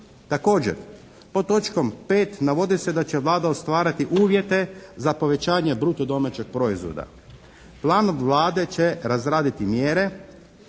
Također pod točkom 5. navodi se da će «Vlada stvarati uvjete za povećanje bruto domaćeg proizvoda. Plan Vlade će razraditi mjere